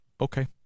okay